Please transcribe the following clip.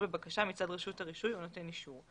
לבקשה מצד רשות הרישוי או נותן אישור.